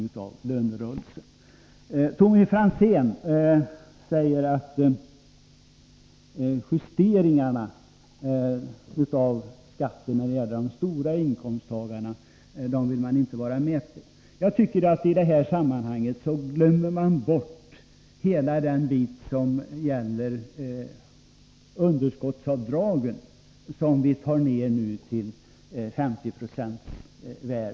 Tommy Franzén sade att vpk inte ville vara med om att göra justeringar i skatterna när det gäller höginkomsttagarna. Jag tycker att vpk i det här sammanhanget glömmer bort hela den del av förslaget som gäller underskottsavdragen, som vi nu begränsar till ett 50-procentigt värde.